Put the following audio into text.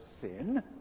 sin